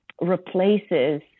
replaces